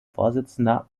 vorsitzender